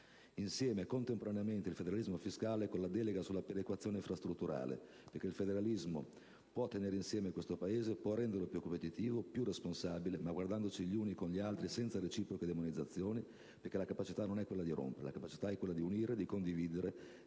insieme contemporaneamente il federalismo fiscale e la delega sulla perequazione infrastrutturale. Il federalismo, infatti, può tenere insieme questo Paese, può renderlo più competitivo e responsabile, ma guardandosi gli uni con gli altri senza reciproche demonizzazioni, perché la capacità da ricercare non è quella di rompere, ma quella di unire, di condividere,